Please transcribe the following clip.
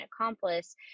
accomplice